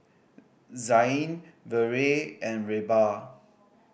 Zain Vere and Reba